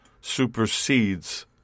supersedes